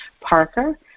Parker